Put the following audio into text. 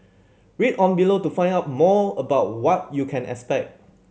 read on below to find out more about what you can expect